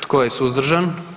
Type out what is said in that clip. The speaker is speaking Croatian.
Tko je suzdržan?